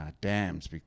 dams